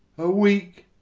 a week,